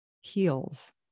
heals